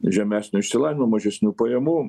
žemesnio išsilavinimo mažesnių pajamų